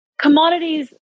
commodities